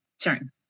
turn